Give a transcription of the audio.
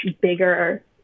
bigger